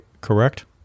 correct